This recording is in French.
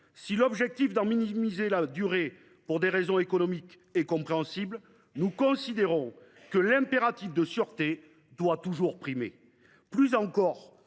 Si l’objectif de minimiser la durée d’exploitation, pour des raisons économiques, est compréhensible, nous considérons que l’impératif de sûreté doit toujours primer. Plus encore,